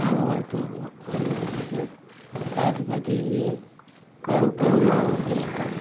நாங்கள் வளர்த்து வருவோம் வளர்ந்தது பிறகு டாக்ட்ரு பார்த்து இது கரு பருவமாகுது